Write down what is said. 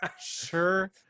Sure